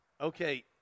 Okay